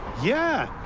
yeah.